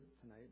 tonight